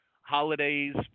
Holidays